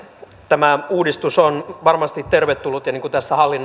tämä uudistus on varmasti tervetullut